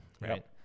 right